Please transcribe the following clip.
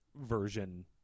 version